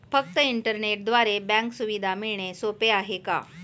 फक्त इंटरनेटद्वारे बँक सुविधा मिळणे सोपे आहे का?